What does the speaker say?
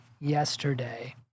yesterday